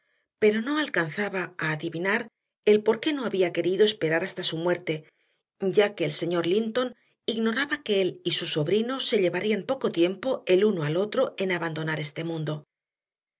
pero no alcanzaba a adivinar el porqué no había querido esperar hasta su muerte ya que el señor linton ignoraba que él y su sobrino se llevarían poco tiempo el uno al otro en abandonar este mundo